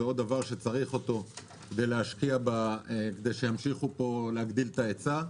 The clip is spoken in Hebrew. זה עוד דבר שצריך אותו כדי להשקיע וימשיכו להגדיל את ההיצע,